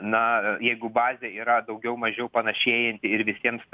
na jeigu bazė yra daugiau mažiau panašėjanti ir visiems